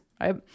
right